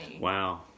Wow